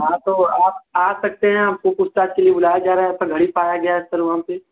हाँ तो आप आ सकते हैं आपको पूछताछ के लिए बुलाया जा रहा है आपका घड़ी पाया गया है सर वहाँ पर